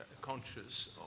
conscious